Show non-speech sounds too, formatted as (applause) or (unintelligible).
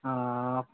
অঁ (unintelligible)